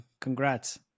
Congrats